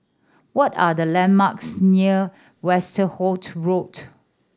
what are the landmarks near Westerhout Road